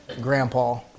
Grandpa